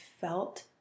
felt